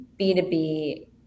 B2B